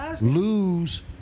lose